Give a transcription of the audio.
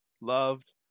loved